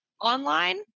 online